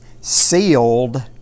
sealed